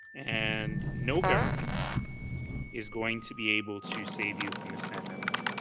and no government is going to be able to save you from this pandemic.